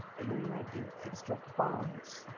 eliminating extra pounds.